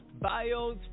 bios